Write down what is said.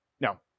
No